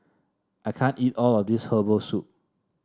I can't eat all of this Herbal Soup